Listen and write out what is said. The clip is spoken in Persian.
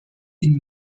این